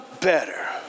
better